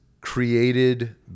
created